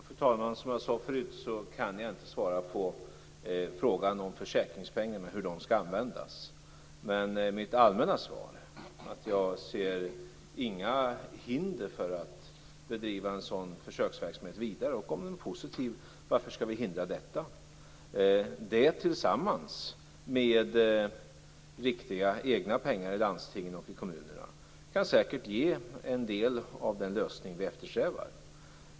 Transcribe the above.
Fru talman! Som jag sade förut kan jag inte svara på frågan om hur försäkringspengarna skall användas. Men mitt allmänna svar är att jag inte ser några hinder för att bedriva en sådan försöksverksamhet vidare. Och varför skall vi hindra detta om den är positiv? Det tillsammans med riktiga egna pengar i landstingen och i kommunerna kan säkert ge en del av den lösning som vi eftersträvar.